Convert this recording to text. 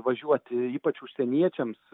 važiuoti ypač užsieniečiams